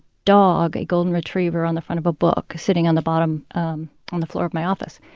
dog a golden retriever on the front of a book sitting on the bottom um on the floor of my office.